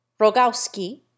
Rogowski